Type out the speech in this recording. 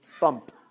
bump